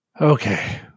Okay